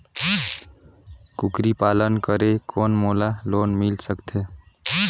कूकरी पालन करे कौन मोला लोन मिल सकथे?